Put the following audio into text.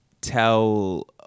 tell